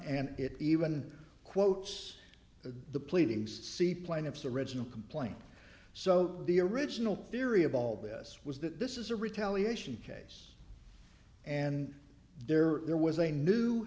and it even quotes the pleadings see plaintiff's original complaint so the original theory of all this was that this is a retaliation case and there there was a new